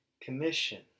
commission